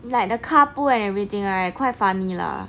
like the carpool and everything right quite funny lah